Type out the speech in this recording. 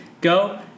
go